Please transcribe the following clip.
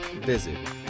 visit